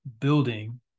building